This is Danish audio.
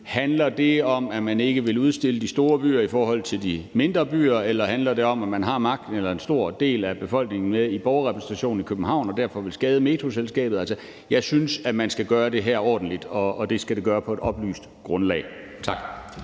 Handler det om, at man ikke vil udstille de store byer i forhold til de mindre byer, eller handler det om, at man har magten og har en stor del af befolkningen med sig i borgerrepræsentationen i København og derfor vil skade Metroselskabet? Jeg synes, at man skal gøre det her ordentligt, og at det skal gøres på et oplyst grundlag. Tak.